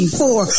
four